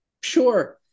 sure